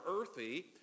earthy